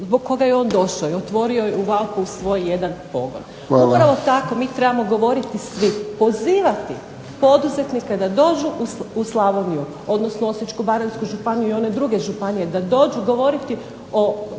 zbog koga je on došao i otvorio je u Valpovu svoj jedan pogon. Upravo tako mi trebamo govoriti svi, pozivati poduzetnike da dođu u Slavoniju, odnosno Osječko-baranjsku županiju i one druge županije, da dođu govoriti o